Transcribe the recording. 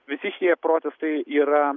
visi šie procesai yra